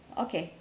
okay